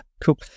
Cool